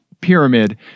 pyramid